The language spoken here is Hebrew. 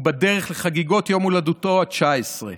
ובדרך לחגיגות יום הולדתו ה-19,